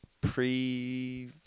pre